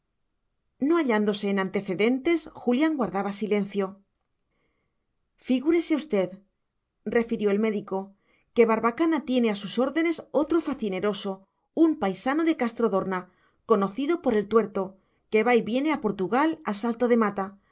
no hallándose en antecedentes julián guardaba silencio figúrese usted refirió el médico que barbacana tiene a sus órdenes otro facineroso un paisano de castrodorna conocido por el tuerto que va y viene a portugal a salto de mata